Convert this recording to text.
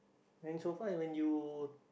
and so far when you